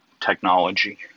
technology